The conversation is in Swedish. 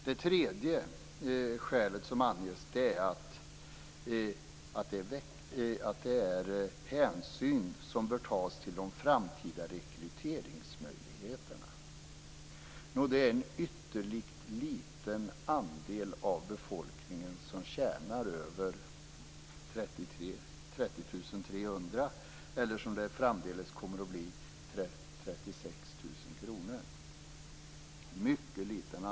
Det tredje skälet som anges är att det bör tas hänsyn till de framtida rekryteringsmöjligheterna. Det är en ytterligt liten andel av befolkningen som tjänar över 30 300 kr eller, som det framdeles kommer att bli, 36 000 kr.